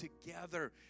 together